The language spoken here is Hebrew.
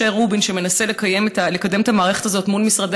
משה רובין שמנסה לקדם את המערכת הזאת מול משרדי